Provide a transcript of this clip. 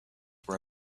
were